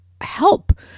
help